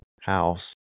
house